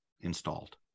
installed